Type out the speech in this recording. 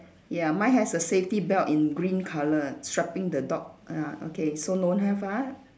ya mine has a safety belt in green colour strapping the dog ah okay so don't have ah